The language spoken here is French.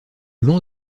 long